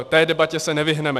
Té debatě se nevyhneme.